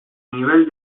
nivel